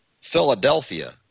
Philadelphia